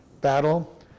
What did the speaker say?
battle